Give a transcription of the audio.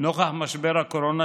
נוכח משבר הקורונה,